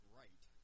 right